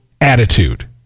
attitude